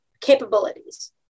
capabilities